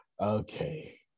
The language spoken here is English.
okay